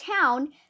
town